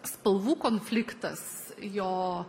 spalvų konfliktas jo